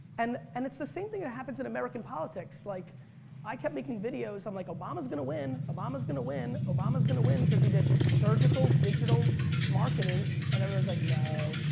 and and it's the same thing that happens in american politics. like i kept making videos i'm like obama's gonna win, obama's gonna win, obama's gonna win cause he did surgical digital marketing and everybody's like no.